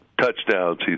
touchdowns